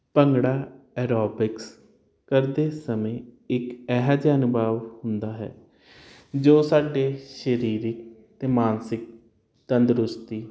bhangra aerobics ਕਰਦੇ ਸਮੇਂ ਇੱਕ ਇਹੋ ਜਿਹਾ ਅਨੁਭਵ ਹੁੰਦਾ ਹੈ ਜੋ ਸਾਡੇ ਸਰੀਰ ਤੇ ਮਾਨਸਿਕ ਤੰਦਰੁਸਤੀ